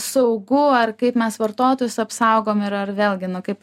saugu ar kaip mes vartotojus apsaugom ir ar vėlgi kaip